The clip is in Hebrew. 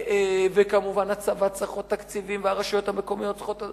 וכמובן הצבא צריך עוד תקציבים והרשויות המקומיות צריכות,